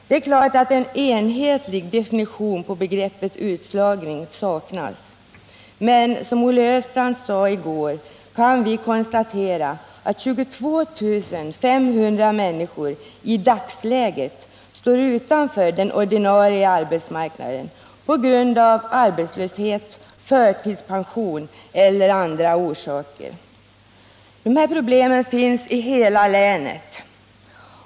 Det är klart att en enhetlig definition på begreppet utslagning saknas, men som Olle Östrand sade i går kan vi konstatera att 22 500 människor i dagsläget står utanför den ordinarie arbetsmarknaden på grund av arbetslöshet, förtidspension eller av andra skäl. Dessa problem finns i hela länet.